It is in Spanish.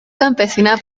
campesina